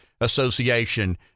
association